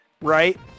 right